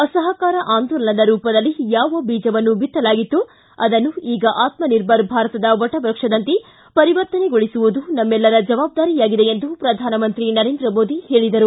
ಅಸಹಕಾರ ಅಂದೋಲನದ ರೂಪದಲ್ಲಿ ಯಾವ ಬೀಜವನ್ನು ಬಿತ್ತಲಾಗಿತ್ತೊ ಅದನ್ನು ಈಗ ಆತರ್ಭರ್ ಭಾರತದ ವಟವ್ಯಕ್ಷದಂತೆ ಪರಿವರ್ತನೆಗೊಳಿಸುವುದು ನಮ್ನೆಲ್ಲರ ಜವಾಬ್ದಾರಿಯಾಗಿದೆ ಎಂದು ಪ್ರಧಾನಮಂತ್ರಿ ನರೇಂದ್ರ ಮೋದಿ ಹೇಳಿದರು